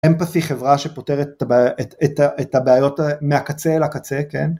אין פה חברה שפותרת את הבעיות מהקצה אל הקצה, כן?